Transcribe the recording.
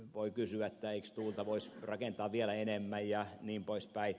voi kysyä eikö tuulta voisi rakentaa vielä enemmän jnp